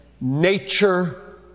nature